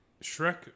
Shrek